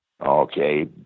Okay